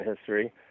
history